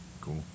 cool